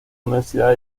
universidad